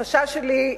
החשש שלי,